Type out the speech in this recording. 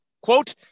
Quote